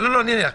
--- אני אענה לך.